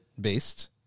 based